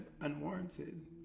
unwarranted